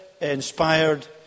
inspired